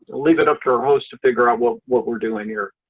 ah leave it up to our host to figure out what what we're doing here.